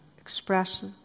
express